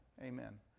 Amen